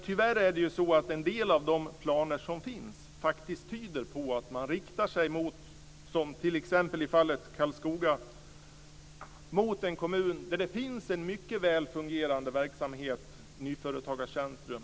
Tyvärr tyder en del av de planer som finns på att man riktar sig mot kommuner, t.ex. Karlskoga, där det finns en mycket väl fungerande verksamhet, Nyföretagarcentrum.